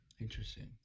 interesting